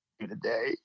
today